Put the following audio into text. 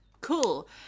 cool